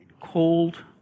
cold